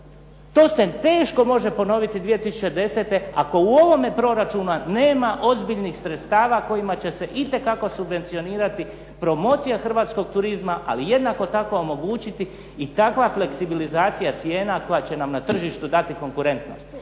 To se teško može ponoviti 2010. ako u ovome proračunu nema ozbiljnih sredstava u kojima će se itekako subvencionirati promocija hrvatskog turizma, ali jednako tako omogućiti i takva fleksibilizacija cijena koja će nam na tržištu dati konkurentnost.